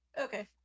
Okay